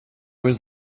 was